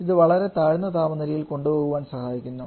ഇത് വളരെ താഴ്ന്ന താപനിലയിൽ കൊണ്ടുപോകുവാൻ സഹായിക്കുന്നു